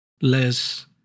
less